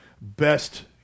best